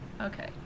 Okay